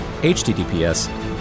HTTPS